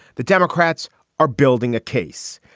the democrats are building a case.